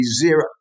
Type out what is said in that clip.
Zero